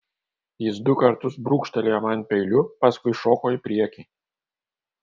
jis du kartus brūkštelėjo man peiliu paskui šoko į priekį